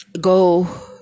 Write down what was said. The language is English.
Go